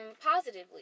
positively